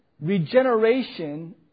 regeneration